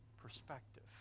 Perspective